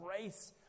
grace